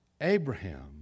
Abraham